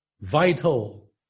vital